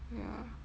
ya